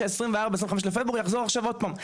שה-24-25 לפברואר יחזור עכשיו עוד פעם,